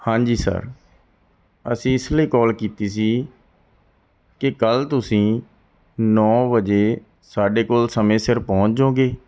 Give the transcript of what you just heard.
ਹਾਂਜੀ ਸਰ ਅਸੀਂ ਇਸ ਲਈ ਕਾਲ ਕੀਤੀ ਸੀ ਕਿ ਕੱਲ ਤੁਸੀਂ ਨੌਂ ਵਜੇ ਸਾਡੇ ਕੋਲ ਸਮੇਂ ਸਿਰ ਪਹੁੰਚ ਜਾਵੋਗੇ